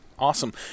Awesome